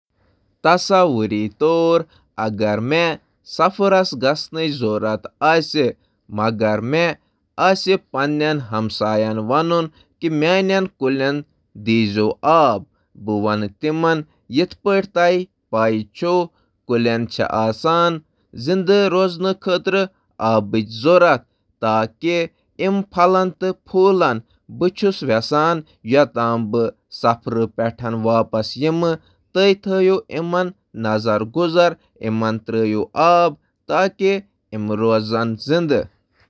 تصور کٔرِو، بہٕ چُھس چُھٹی پیٚٹھ گَژھان تہٕ بہٕ چُھس یژھان پننِس ہمساین وَنُن زِ سُہ کَرٕ سانٮ۪ن کُلٮ۪ن آب دِنہٕ، ییٚلہِ زن بہٕ دوٗر روزُن۔ تِکیازِ توہہِ چھِو پتاہ زِ کُلٮ۪ن خٲطرٕ چھُ آبٕچ ضروٗرت۔